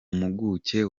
mpuguke